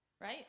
right